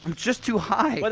just too high! but